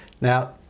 now